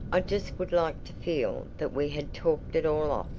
i just would like to feel that we had talked it all off,